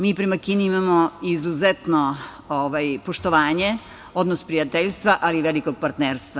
Mi prema Kini imamo izuzetno poštovanje, odnos prijateljstva, ali i velikog partnerstva.